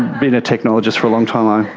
been a technologist for a long time,